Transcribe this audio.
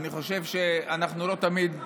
אני חושב שאנחנו לא תמיד מבינים,